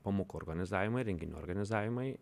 pamokų organizavimai renginių organizavimai